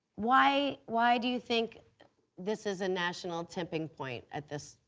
why why do you think this is a national tipping point at this,